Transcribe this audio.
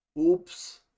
Oops